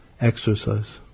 exercise